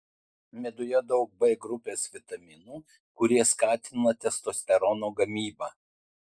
meduje daug b grupės vitaminų kurie skatina testosterono gamybą